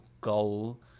goal